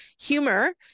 humor